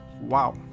Wow